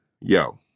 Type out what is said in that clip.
Yo